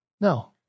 No